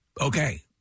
okay